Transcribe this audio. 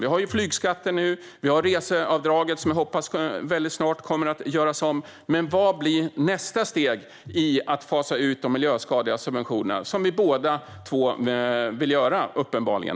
Vi har flygskatten, och vi har reseavdraget som jag hoppas kommer att göras om väldigt snart - men vad blir nästa steg i att fasa ut de miljöskadliga subventionerna? Det vill vi ju båda göra, uppenbarligen.